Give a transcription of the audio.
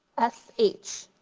s h.